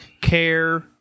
care